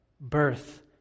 birth